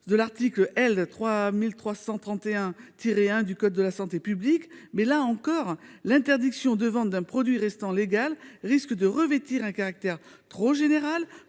de l'article L. 3331-1 du code de la santé publique, mais, là encore, l'interdiction de vente d'un produit restant légal risque de revêtir un caractère trop général